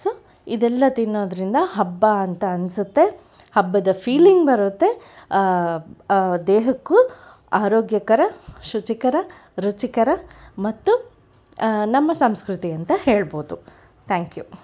so ಇದೆಲ್ಲ ತಿನ್ನೋದರಿಂದ ಹಬ್ಬ ಅಂತ ಅನಿಸುತ್ತೆ ಹಬ್ಬದ ಫೀಲಿಂಗ್ ಬರುತ್ತೆ ದೇಹಕ್ಕೂ ಆರೋಗ್ಯಕರ ಶುಚಿಕರ ರುಚಿಕರ ಮತ್ತು ನಮ್ಮ ಸಂಸ್ಕೃತಿ ಅಂತ ಹೇಳ್ಬೋದು ಥ್ಯಾಂಕ್ ಯು